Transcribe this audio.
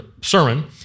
sermon